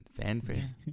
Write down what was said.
Fanfare